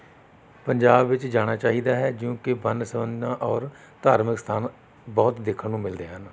ਪੰਜਾਬ ਵਿੱਚ ਜਾਣਾ ਚਾਹੀਦਾ ਹੈ ਜੋ ਕਿ ਵੰਨ ਸੁਵੰਨਾ ਔਰ ਧਾਰਮਿਕ ਸਥਾਨ ਬਹੁਤ ਦੇਖਣ ਨੂੰ ਮਿਲਦੇ ਹਨ